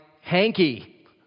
hanky